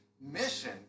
mission